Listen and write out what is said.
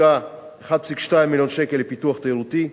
הושקע 1.2 מיליון שקל לפיתוח תיירותי,